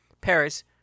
Paris